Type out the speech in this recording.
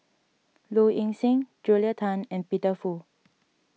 Low Ing Sing Julia Tan and Peter Fu